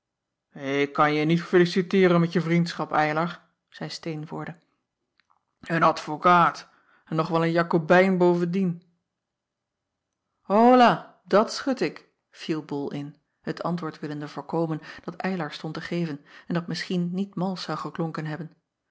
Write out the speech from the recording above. k kan je niet feliciteeren met je vriendschap ylar zeî teenvoorde een advokaat en nog wel een akobijn bovendien ola dat schut ik viel ol in het antwoord willende voorkomen dat ylar stond te geven en dat misschien niet malsch zou geklonken hebben